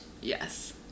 Yes